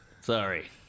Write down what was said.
Sorry